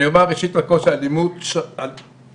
אני אומר ראשית לכול שהאלימות זו פגיעה